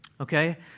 okay